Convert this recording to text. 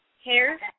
Hair